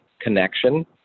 connection